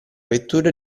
vettura